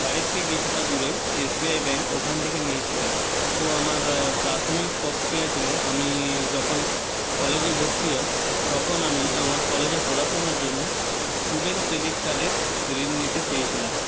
বাড়ির থেকে কিছুটা দূরে এসবিআই ব্যাঙ্ক ওখান থেকে নিয়েছিলাম তো আমার প্রাথমিক পক্রিয়া ছিলো আমি যখন কলেজে ভর্তি হয় তখন আমি আমার কলেজে পড়াশোনার জন্য স্টুডেন্ট ক্রেডিট কার্ডের ঋণ নিতে চেয়েছিলাম